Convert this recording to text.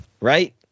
right